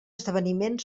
esdeveniment